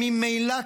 שממילא קיימת,